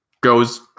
goes